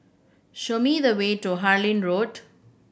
show me the way to Harlyn Road